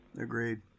Agreed